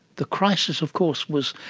the crisis of course was,